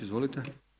Izvolite.